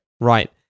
Right